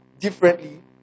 differently